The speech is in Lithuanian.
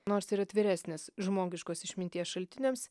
nors ir atviresnis žmogiškos išminties šaltiniams